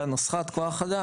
בנוסחת כוח האדם,